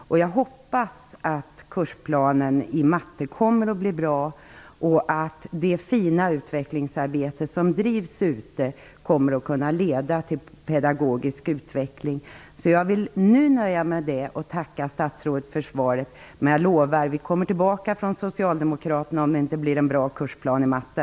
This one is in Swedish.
Jag hoppas att kursplanen i matte kommer att bli bra och att det fina utvecklingsarbete som bedrivs ute i landet kommer att kunna leda till pedagogisk utveckling. Jag nöjer mig därför nu med detta och tackar statsrådet för svaret. Men jag lovar att vi socialdemokrater kommer tillbaka om det inte blir en bra kursplan i matte.